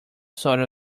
sorts